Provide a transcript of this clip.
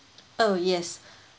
oh yes